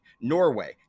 Norway